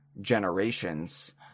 generations